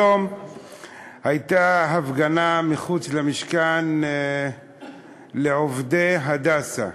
היום הייתה מחוץ למשכן הפגנה של עובדי "הדסה",